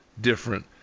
different